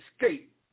escape